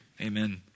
amen